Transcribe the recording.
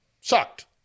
Sucked